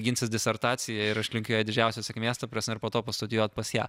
ginsis disertaciją ir aš linkiu jai didžiausios sėkmės ta prasme ir po to pastudijuot pas ją